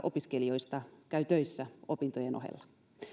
opiskelijoista käy töissä opintojen ohella